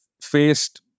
faced